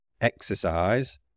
exercise